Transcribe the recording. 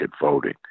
voting